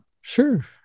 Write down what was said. Sure